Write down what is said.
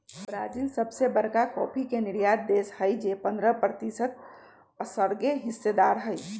Brazil सबसे बरका coffee के निर्यातक देश हई जे पंडह प्रतिशत असगरेहिस्सेदार हई